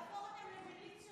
תהפוך אותם למליציות של אזרחים?